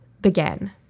began